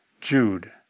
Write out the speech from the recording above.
Jude